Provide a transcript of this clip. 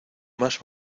más